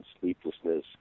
sleeplessness